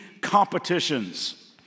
competitions